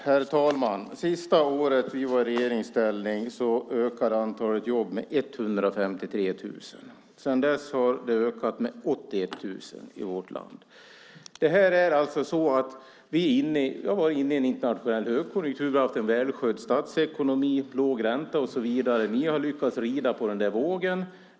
Herr talman! Det sista året vi var i regeringsställning ökade antalet jobb med 153 000. Sedan dess har de ökat med 81 000 i vårt land. Vi har varit inne i en internationell högkonjunktur och har haft en välskött statsekonomi, låg ränta och så vidare. Ni har lyckats rida på den vågen.